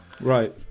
Right